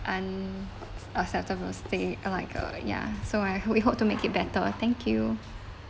unacceptable stay like uh ya so I we hope to make it better thank you